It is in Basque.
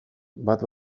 bat